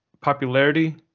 popularity